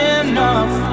enough